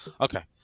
okay